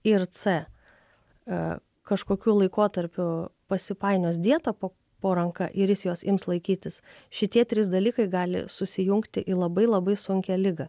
ir c kažkokiu laikotarpiu pasipainios dieta po po ranka ir jis jos ims laikytis šitie trys dalykai gali susijungti į labai labai sunkią ligą